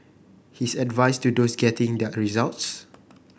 his advice to those getting their results